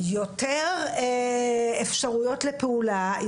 יותר אפשרויות לפעולה,